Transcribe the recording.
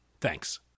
thanks